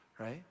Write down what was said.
right